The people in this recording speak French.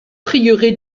prieuré